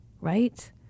right